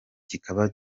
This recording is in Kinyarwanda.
kikaba